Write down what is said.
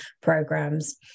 programs